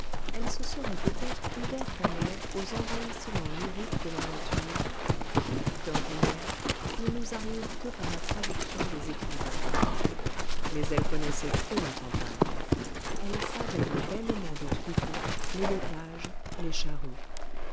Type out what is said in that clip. elle se serait peut-être ouverte alors aux envahissements lyriques de la nature qui d'ordinaire ne nous arrivent que par la traduction des écrivains mais elle connaissait trop la campagne elle savait le bêlement des troupeaux les laitages les charrues